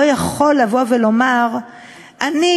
אסתר,